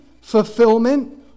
fulfillment